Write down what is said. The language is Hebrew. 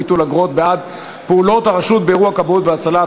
ביטול אגרות בעד פעולות הרשות באירוע כבאות והצלה),